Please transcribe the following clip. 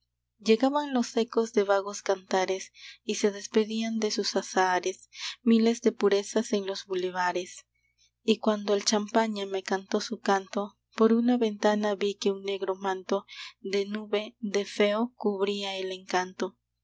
llegaban los ecos de vagos cantares y se despedían de sus azahares miles de purezas en los bulevares y cuando el champaña me cantó su canto por una ventana vi que un negro manto de nube de febo cubría el encanto y